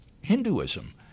Hinduism